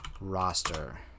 roster